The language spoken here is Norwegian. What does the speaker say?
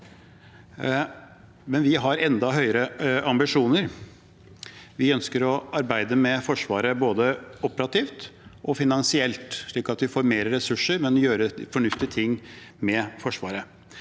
vi har enda høyere ambisjoner. Vi ønsker å arbeide med Forsvaret både operativt og finansielt, slik at vi både får mer ressurser og kan gjøre fornuftige ting med Forsvaret.